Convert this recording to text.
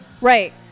Right